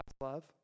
love